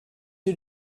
you